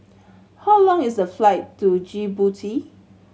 how long is the flight to Djibouti